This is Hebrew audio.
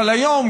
אבל היום,